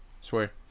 swear